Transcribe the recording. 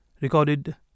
recorded